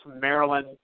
Maryland